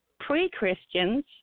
pre-Christians